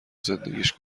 زندگیش